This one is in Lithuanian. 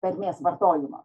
tarmės vartojimo